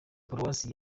paruwasi